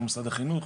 כמו למשרד החינוך,